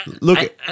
Look